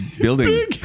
building